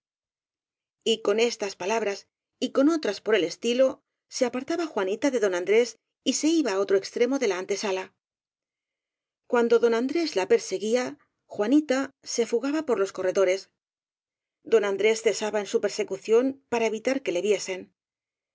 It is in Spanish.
con estas palabras ó con otras por el estilo se apartaba juanita de don andrés y se iba á otro extremo de la antesala cuando don andrés la perseguía juanita se fugaba por los corredores don andrés cesaba en su persecución para evi tar que le viesen